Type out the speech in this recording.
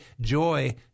joy